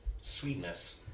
sweetness